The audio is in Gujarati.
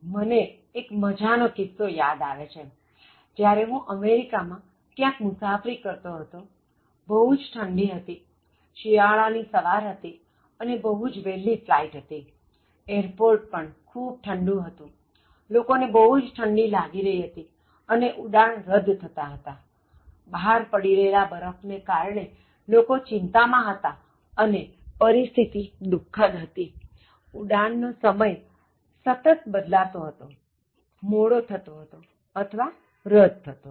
મને એક મજાનો કિસ્સો યાદ આવે છે જ્યારે હું અમેરિકા માં ક્યાંક મુસાફરી કરતો હતો બહુ જ ઠંડી હતી શિયાળા ની સવાર હતી અને બહુ જ વહેલી ફ્લાઇટ હતી એરપોર્ટ પણ ખૂબ ઠંડું હતુ લોકોને બહુ જ ઠંડી લાગી રહી હતી અને ઉડાણ રદ થતા હતા બહાર પડી રહેલા બરફ ને કારણે લોકો ચિંતા માં હતા અને પરિસ્થિતિ દુખદ હતી ઉડાણનો સમય સતત બદલાતો હતો મોડો થતો હતો અથવા રદ થતો હતો